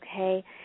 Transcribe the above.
okay